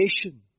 creation